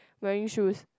wearing shoes